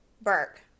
Burke